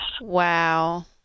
Wow